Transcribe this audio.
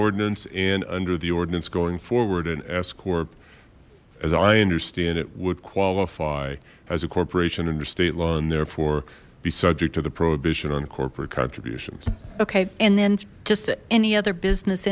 ordinance and under the ordinance going forward an s corp as i understand it would qualify as a corporation under state law and therefore be subject to the prohibition on corporate contributions okay and then just any other business